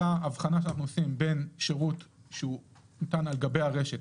זו ההבחנה שאנחנו עושים בין שירות שניתן על גבי הרשת,